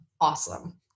awesome